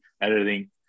editing